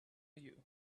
you